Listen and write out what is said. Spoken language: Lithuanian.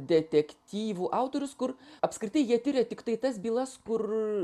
detektyvų autorius kur apskritai jie tiria tiktai tas bylas kur